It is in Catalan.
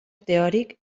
teòric